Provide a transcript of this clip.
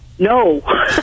No